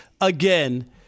again